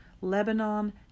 Lebanon